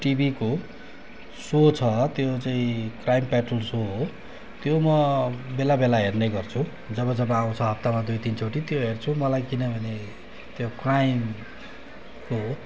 टिभीको सो छ त्यो चाहिँ क्राइम पेट्रोल सो हो त्यो म बेला बेला हेर्ने गर्छु जब जब आउँछ हप्तामा दुई तिनचोटि त्यो हेर्छु मलाई किनभने त्यो क्राइमको